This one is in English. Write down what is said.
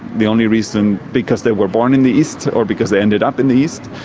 the only reason because they were born in the east or because they ended up in the east.